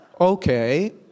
okay